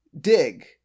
dig